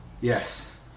Yes